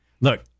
look